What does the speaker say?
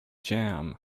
jam